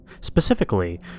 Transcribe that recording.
Specifically